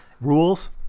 rules